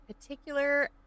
particular